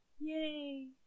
Yay